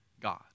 God